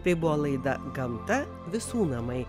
tai buvo laida gamta visų namai